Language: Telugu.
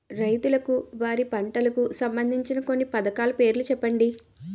రైతులకు వారి పంటలకు సంబందించిన కొన్ని పథకాల పేర్లు చెప్పండి?